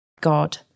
God